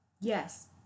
Yes